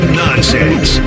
nonsense